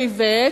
לאיווט,